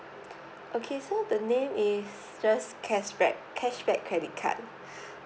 okay so the name is just cashback cashback credit card